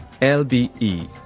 LBE